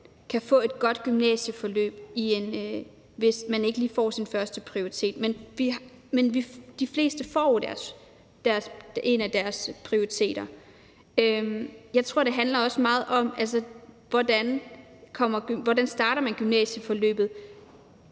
kan få et godt gymnasieforløb, hvis man ikke lige får sin førsteprioritet, men de fleste får jo en af deres prioriteter. Jeg tror også, det handler meget om, hvordan man starter gymnasieforløbet.